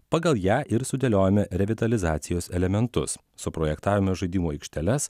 pagal ją ir sudėliojome revitalizacijos elementus suprojektavome žaidimų aikšteles